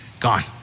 Gone